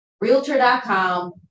realtor.com